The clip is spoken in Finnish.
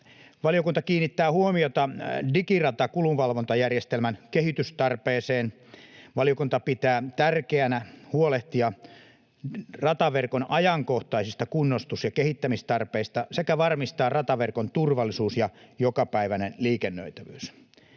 Valiokunta kiinnittää huomiota Digirata-kulunvalvontajärjestelmän kehitystarpeeseen. Valiokunta pitää tärkeänä huolehtia rataverkon ajankohtaisista kunnostus‑ ja kehittämistarpeista sekä varmistaa rataverkon turvallisuus ja jokapäiväinen liikennöitävyys.